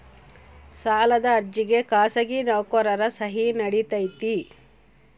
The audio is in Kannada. ಸಾಲದ ಅರ್ಜಿಗೆ ಖಾಸಗಿ ನೌಕರರ ಸಹಿ ನಡಿತೈತಿ?